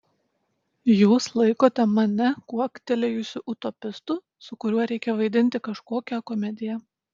jūs laikote mane kuoktelėjusiu utopistu su kuriuo reikia vaidinti kažkokią komediją